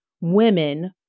women